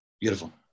Beautiful